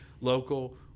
local